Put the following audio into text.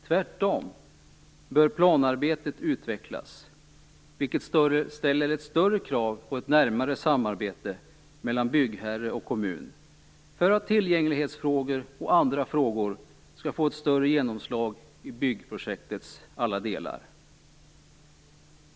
Tvärtom bör planarbetet utvecklas, vilket ställer större krav på ett närmare samarbete mellan byggherre och kommun för att tillgänglighetsfrågor och andra frågor skall få ett större genomslag i byggprojektets alla delar.